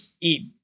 eat